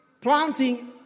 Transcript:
planting